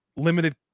Limited